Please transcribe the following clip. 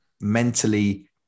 mentally